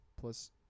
plus